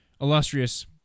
illustrious